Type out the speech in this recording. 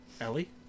ellie